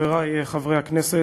חברי חברי הכנסת,